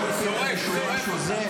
אתה שואל אותי איזשהו משהו זה?